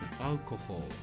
Alcohol